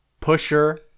pusher